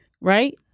right